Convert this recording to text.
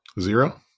Zero